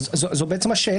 אבל זו השאלה,